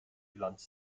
bilanz